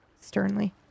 sternly